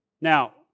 Now